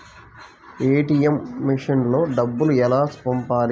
ATM మెషిన్లో డబ్బులు ఎలా పంపాలి?